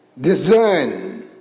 discern